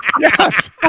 Yes